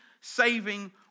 saving